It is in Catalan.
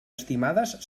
estimades